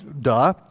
Duh